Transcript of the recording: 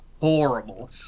horrible